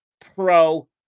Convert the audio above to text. Pro